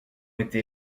été